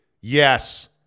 Yes